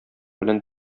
белән